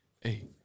hey